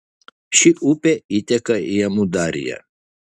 ši upė įteka į amudarją